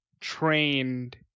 trained